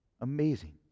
Amazing